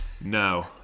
No